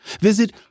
visit